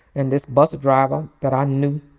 and this bus driver that i knew,